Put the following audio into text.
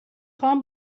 خواهم